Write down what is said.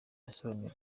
yasobanuye